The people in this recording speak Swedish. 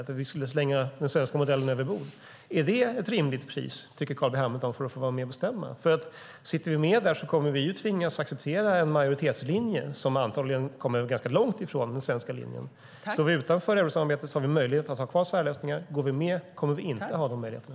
Vi skulle alltså slänga den svenska modellen över bord. Tycker Carl B Hamilton att det är ett rimligt pris för att få vara med och bestämma? Sitter vi med kommer vi att tvingas acceptera en majoritetslinje som antagligen kommer att vara ganska långt från den svenska linjen. Står vi utanför eurosamarbetet har vi möjlighet att ha kvar särlösningar. Går vi med kommer vi inte att ha de möjligheterna.